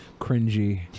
cringy